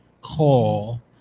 call